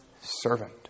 servant